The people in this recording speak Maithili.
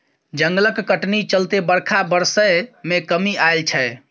जंगलक कटनी चलते बरखा बरसय मे कमी आएल छै